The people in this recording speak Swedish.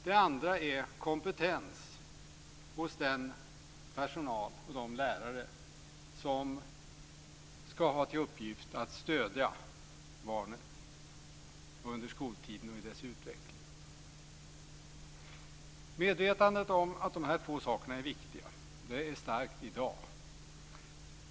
Den andra är kompetens hos den personal och de lärare som ska ha till uppgift att stödja barnet under skoltiden och i dess utveckling. Medvetandet om att dessa två saker är viktiga är starkt i dag.